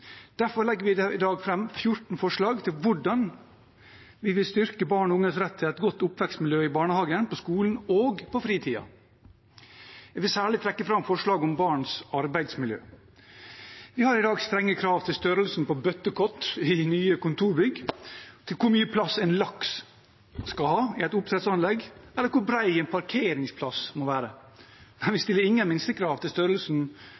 Derfor legger vi i dag fram 14 forslag til hvordan vi vil styrke barn og unges rett til et godt oppvekstmiljø i barnehagen, på skolen og på fritiden. Jeg vil særlig trekke fram forslaget om barns arbeidsmiljø. Vi har i dag strenge krav til størrelsen på bøttekott i nye kontorbygg, til hvor mye plass en laks skal ha i et oppdrettsanlegg, eller hvor bred en parkeringsplass må være. Men vi stiller ingen minstekrav til størrelsen